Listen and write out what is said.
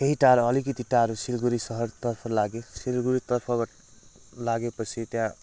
केही टाड़ो अलिकति टाड़ो सिलगड़ी सहरतर्फ लागेँ सिलगड़ीतर्फ लागेपछि त्यहाँ